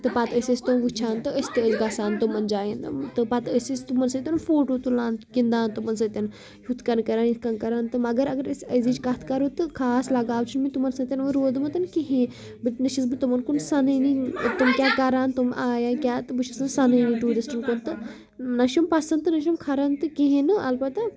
پَتہٕ ٲسۍ أسۍ تٕم وُچھان تہٕ أسۍ تہِ ٲسۍ گژھان تِمن جاین تہٕ پَتہٕ ٲسۍ أسۍ تِمن سۭتۍ فوٹو تُلان گِندان تِمن سۭتۍ ہُتھ کٔنۍ کران یِتھ کٔنۍ کران تہٕ مَگر اَگر أسۍ أزِچ کَتھ کرو تہٕ خاص لگاو چھُ نہٕ مےٚ تِمن سۭتۍ وۄنۍ روٗدمُت کِہینۍ نہ چھَس بہٕ تِمن کُن سَنٲنی تِم کیاہ کران تِم آیا کیٚنٛہہ تہٕ بہٕ چھَس نہٕ سَنٲنی ٹوٗرِسٹن کُن تہٕ نہ چھُم پسند تہٕ نہ چھُم خرٲن تہٕ کہینۍ نہٕ اَلبتہٕ